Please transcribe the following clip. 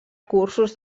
cursos